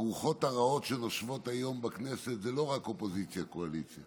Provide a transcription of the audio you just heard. הרוחות הרעות שנושבות היום בכנסת זה לא רק אופוזיציה קואליציה,